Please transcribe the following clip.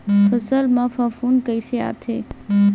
फसल मा फफूंद कइसे आथे?